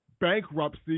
bankruptcy